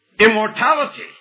Immortality